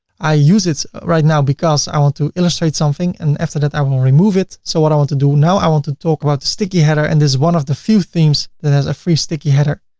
i use it right now because i want to illustrate something and after that, i will remove it. so what i want to do? now i want to talk about the sticky header and this is one of the few themes that has a free sticky header.